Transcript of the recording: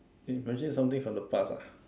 imagine something for the past ah